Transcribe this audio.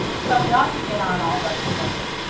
so we ought to get on all right together.